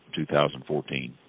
2014